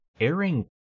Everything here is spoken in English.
airing